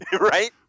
right